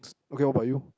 okay how about you